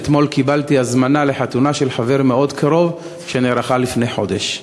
קיבלתי אתמול הזמנה לחתונה של חבר מאוד קרוב שנערכה לפני חודש.